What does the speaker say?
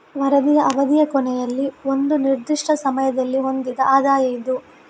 ವರದಿಯ ಅವಧಿಯ ಕೊನೆಯಲ್ಲಿ ಒಂದು ನಿರ್ದಿಷ್ಟ ಸಮಯದಲ್ಲಿ ಹೊಂದಿದ ಆದಾಯ ಇದು